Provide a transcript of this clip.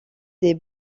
des